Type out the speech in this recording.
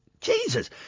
Jesus